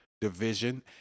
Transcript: division